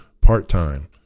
part-time